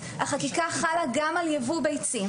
החקיקה חלה גם על ייבוא ביצים.